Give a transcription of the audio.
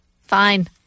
Fine